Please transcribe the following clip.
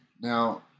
Now